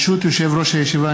ברשות יושב-ראש הישיבה,